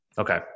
Okay